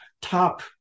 top